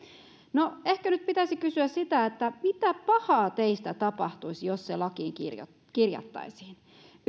no ehkä nyt pitäisi kysyä sitä mitä pahaa teistä tapahtuisi jos se lakiin kirjattaisiin